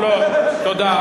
הוא לא, תודה.